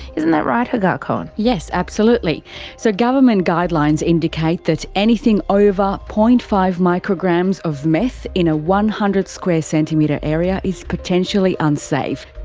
isn't that right, hagar cohen? yes absolutely so government guidelines indicate that anything over zero. five micrograms of meth in a one hundred square centimetre area is potentially unsafe.